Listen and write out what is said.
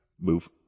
Move